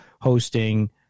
hosting